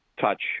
touch